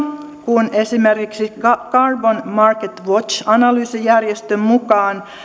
kun esimerkiksi carbon market watch analyysijärjestön mukaan